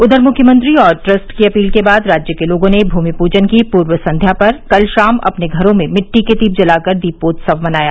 उधर मुख्यमंत्री और ट्रस्ट की अपील के बाद राज्य के लोगों ने भूमि प्जन की पूर्व संध्या पर कल शाम अपने घरों में मिट्टी के दीप जलाकर दीपोत्सव मनाया